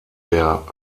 der